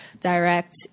direct